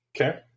Okay